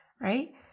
right